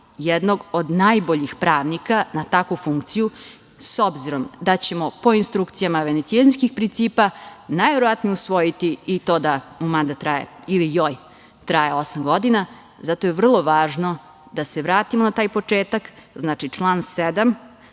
jednog od najboljih pravnika na takvu funkciju, s obzirom da ćemo po instrukcijama venecijanskih principa najverovatnije usvojiti i to da mandat traje ili joj traje osam godina. Zato je vrlo važno da se vratimo na taj početak, znači član 7. da